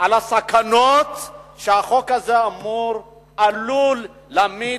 בכינוס על הסכנות שהחוק הזה עלול להמיט